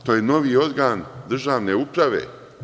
To je novi organ državne uprave.